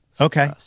Okay